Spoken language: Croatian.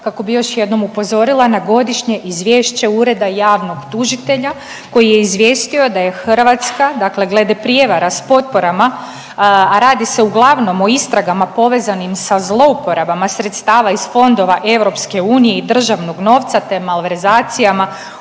kako bi još jednom upozorila na Godišnje izvješće Ureda javnog tužitelja koji je izvijestio da je Hrvatska, dakle glede prijevara s potporama, a radi se uglavnom o istragama povezanim sa zlouporabama sredstava iz fondova iz EU i državnog novca te malverzacijama